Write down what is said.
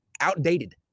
outdated